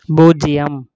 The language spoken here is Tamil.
பூஜ்ஜியம்